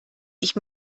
ich